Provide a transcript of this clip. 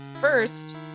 first